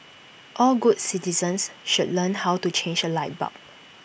all good citizens should learn how to change A light bulb